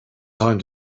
time